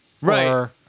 Right